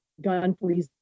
gun-free